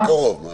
הוא יכול גם מחר.